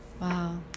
Wow